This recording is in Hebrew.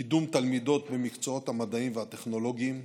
קידום תלמידות במקצועות המדעיים והטכנולוגיים,